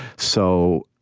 so,